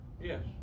Yes